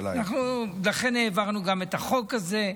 לכן העברנו גם את החוק הזה.